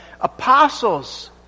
apostles